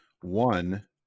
one